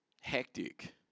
Hectic